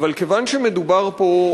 אבל כיוון שמדובר פה,